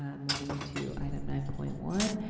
um moving to item nine point one.